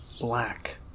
Black